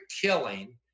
killing